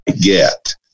get